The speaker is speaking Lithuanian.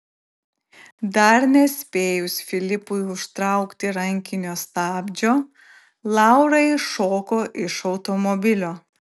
dar nespėjus filipui užtraukti rankinio stabdžio laura iššoko iš automobilio